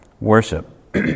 worship